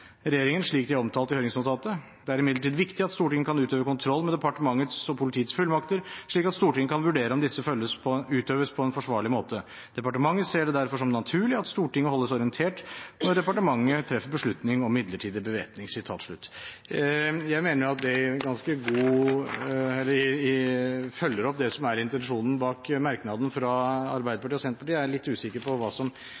regjeringen, slik de er omtalt i høringsnotatet. Det er imidlertid viktig at Stortinget kan utøve kontroll med departementets og politiets fullmakter slik at Stortinget kan vurdere om disse utøves på en forsvarlig måte. Departementet ser det derfor som naturlig at Stortinget holdes orientert når departementet treffer beslutning om midlertidig bevæpning.» Jeg mener at det ganske godt følger opp det som er intensjonen bak merknaden fra